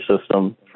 system